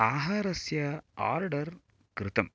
आहारस्य आर्डर् कृतम्